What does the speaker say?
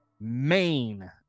main